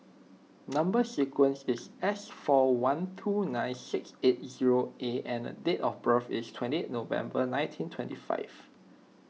Number Sequence is S four one two nine six eight zero A and date of birth is twenty November nineteen twenty five